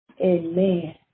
Amen